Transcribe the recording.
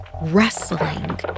wrestling